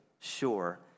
sure